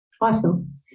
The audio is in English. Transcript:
Awesome